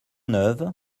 neuve